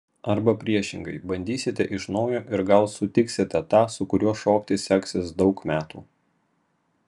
arba priešingai bandysite iš naujo ir gal sutiksite tą su kuriuo šokti seksis daug metų